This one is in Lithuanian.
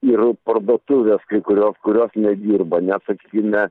ir parduotuvės kai kurios kurio nedirba net sakykime